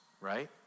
right